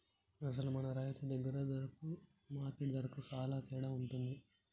అసలు మన రైతు దగ్గర ధరకు మార్కెట్ ధరకు సాలా తేడా ఉంటుంది